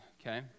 okay